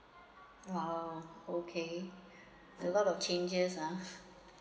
orh okay a lot of changes uh so